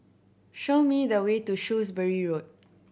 show me the way to Shrewsbury Road